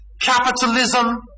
Capitalism